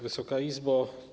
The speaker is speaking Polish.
Wysoka Izbo!